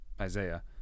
Isaiah